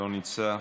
לא נמצא,